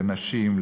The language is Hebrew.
לנשים,